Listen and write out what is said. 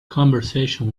conversation